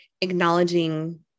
acknowledging